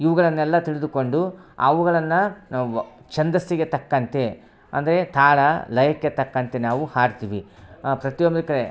ಇವುಗಳನ್ನೆಲ್ಲ ತಿಳಿದುಕೊಂಡು ಅವುಗಳನ್ನು ಛಂದಸ್ಸಿಗೆ ತಕ್ಕಂತೆ ಅಂದರೆ ತಾಳ ಲಯಕ್ಕೆ ತಕ್ಕಂತೆ ನಾವು ಹಾಡ್ತೀವಿ ಪ್ರತಿಯೊಂದಕ್ಕೆ